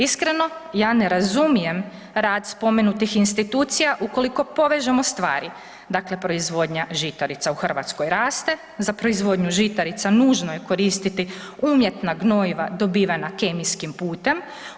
Iskreno, ja ne razumijem rad spomenutih institucija ukoliko povežemo stvari, dakle proizvodnja žitarica u Hrvatskoj raste, za proizvodnju žitarica nužno je koristiti umjetna gnojiva dobivena kemijskim putem.